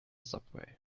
subway